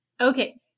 Okay